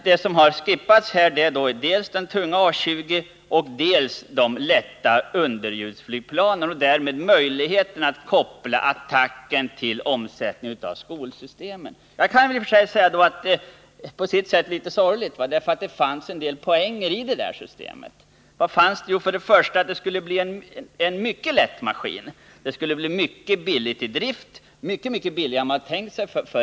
Det som skippats är alltså dels den tunga A 20. dels de lätta underljudsflygplanen. Genom det senare har man också tagit bort möjligheten att koppla attackflygplanet till en omsättning i skolsystemen. På sitt sätt tycker jag detta är litet sorgligt, för det fanns en del poänger i det. Till att börja med skulle det ha blivit en mycket lätt maskin, och attacksystemet skulle ha blivit mycket billigt i drift, billigare än man tidigare tänkt sig.